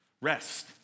rest